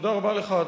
תודה רבה לך.